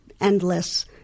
endless